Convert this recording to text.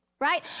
right